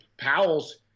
Powell's